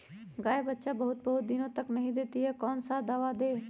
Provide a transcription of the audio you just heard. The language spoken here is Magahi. गाय बच्चा बहुत बहुत दिन तक नहीं देती कौन सा दवा दे?